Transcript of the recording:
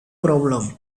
problem